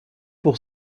pour